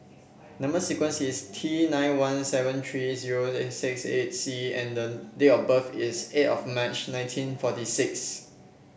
number sequence is T nine one seven three zero six eight C and the date of birth is eight of March nineteen forty six